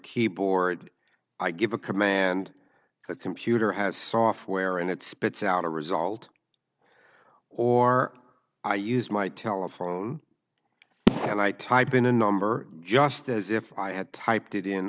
keyboard i give a command the computer has software and it spits out a result or i use my telephone and i type in a number just as if i had typed it in